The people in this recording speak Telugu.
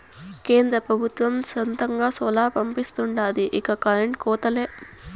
కేంద్ర పెబుత్వం సొంతంగా సోలార్ పంపిలిస్తాండాది ఇక కరెంటు కోతలే